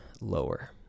lower